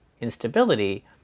instability